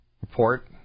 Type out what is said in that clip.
report